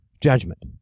judgment